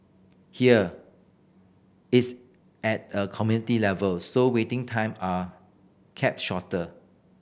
here it's at a community level so waiting time are kept shorter